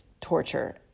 torture